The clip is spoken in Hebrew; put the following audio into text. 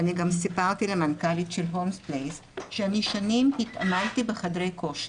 אני גם סיפרתי למנכ"לית של הולמס פלייס שאני שנים התאמנתי בחדרי כושר,